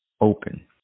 open